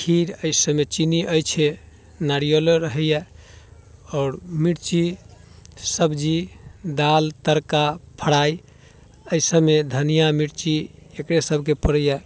खीर अइ सभमे चीनी अछि नारियलो रहैया आओर मिर्ची सब्जी दाल तड़का फ्राइ अइ सभमे धनिया मिर्ची एकरे सभके पड़ैया